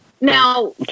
Now